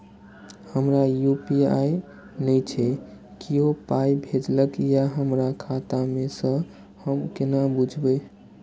हमरा यू.पी.आई नय छै कियो पाय भेजलक यै हमरा खाता मे से हम केना बुझबै?